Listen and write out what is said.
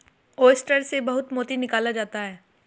oyster से बहुत मोती निकाला जाता है